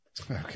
Okay